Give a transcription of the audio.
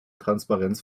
transparenz